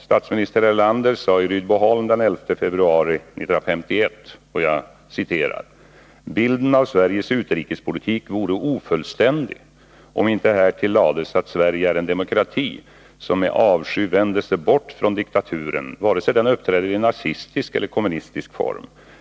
Statsminister Erlander sade i Rydboholm den 11 februari 1951: ”Bilden av Sveriges utrikespolitik vore ofullständig om inte härtill lades att Sverige är en demokrati, som med avsky vänder sig bort från diktaturen, vare sig den uppträder i nazistisk eller kommunistisk form.